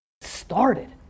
started